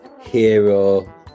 hero